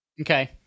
Okay